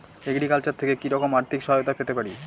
Agriculture থেকে কি রকম আর্থিক সহায়তা পেতে পারি?